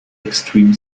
extreme